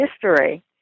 history